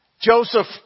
Joseph